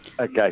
Okay